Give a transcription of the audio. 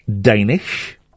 Danish